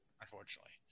Unfortunately